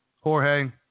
Jorge